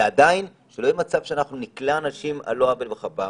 ועדיין שלא יהיה מצב שאנחנו נכלא אנשים על לא עוול בכפם.